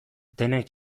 denek